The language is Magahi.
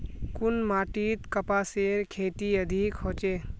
कुन माटित कपासेर खेती अधिक होचे?